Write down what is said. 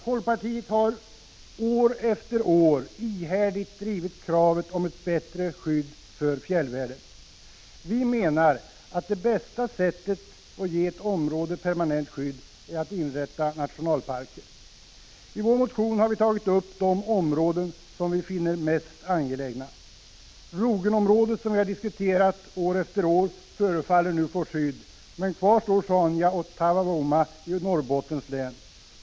Folkpartiet har år efter år ihärdigt drivit kravet på ett bättre skydd för fjällvärlden. Vi menar att det bästa sättet att ge ett område permanent skydd är att inrätta en nationalpark. I vår motion har vi tagit upp de områden som vi finner mest angelägna. Rogenområdet, som vi har diskuterat år efter år, förefaller nu att få skydd, men kvar står Sjaunja och Taavvavuoma i Norrbottens län.